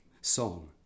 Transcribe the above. song